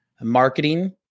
marketing